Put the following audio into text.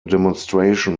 demonstration